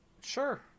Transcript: sure